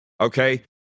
okay